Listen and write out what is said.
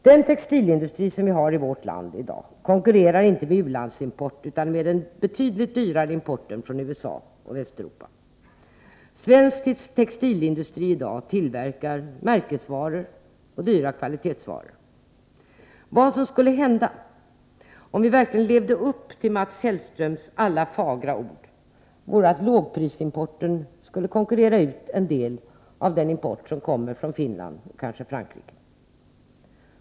Den textilindustri som vi har i vårt land i dag konkurrerar inte med u-landsimport utan med den betydligt dyrare importen från USA och Västeuropa. Svensk textilindustri i dag tillverkar märkesvaror och dyra kvalitetsvaror. Det som skulle hända om vi verkligen levde upp till Mats Hellströms alla fagra ord vore att lågprisimporten skulle konkurrera ut en del av den import som kommer från Finland och kanske från Frankrike.